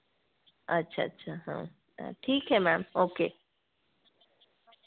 अच्छा अच्छा हाँ ठीक है मैम ओके